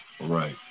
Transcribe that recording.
Right